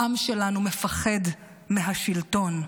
העם שלנו מפחד מהשלטון,